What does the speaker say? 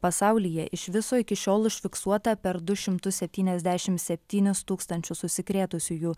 pasaulyje iš viso iki šiol užfiksuota per du šimtus septyniasdešimt septynis tūkstančius užsikrėtusiųjų